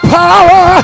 power